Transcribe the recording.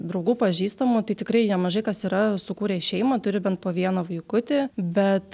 draugų pažįstamų tai tikrai nemažai kas yra sukūrę šeimą turi bent po vieną vaikutį bet